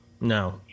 No